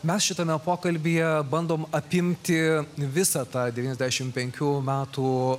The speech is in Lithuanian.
mes šitame pokalbyje bandom apimti visą tą devyniasdešimt penkių metų